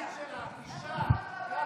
יאללה.